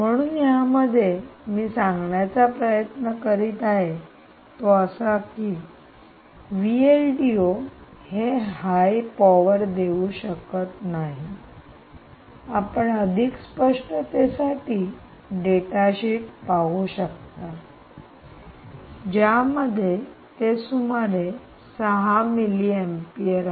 म्हणून यामध्ये मी सांगण्याचा प्रयत्न करीत आहे तो असा आहे की हे हाय पॉवर देऊ शकत नाही आपण अधिक स्पष्टते साठी डेटा शीट पाहू शकता ज्यामध्ये ते सुमारे 6 मिली अम्पियर आहे